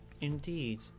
Indeed